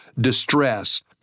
distress